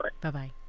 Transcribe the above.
Bye-bye